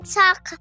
talk